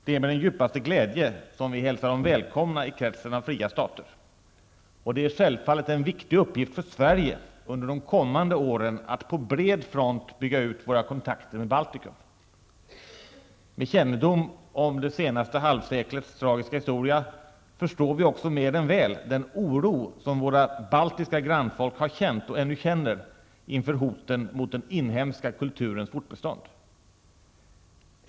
Det är med den djupaste glädje som vi hälsar dem välkomna i kretsen av fria stater, och det är självfallet en viktig uppgift för Sverige under de kommande åren att på bred front bygga ut våra kontakter med Baltikum. Med kännedom om det senaste halvseklets tragiska historia förstår vi också mer än väl den oro som våra baltiska grannfolk har känt och ännu känner inför hoten mot den inhemska kulturens fortbestånd.